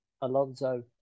Alonso